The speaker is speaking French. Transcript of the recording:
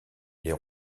les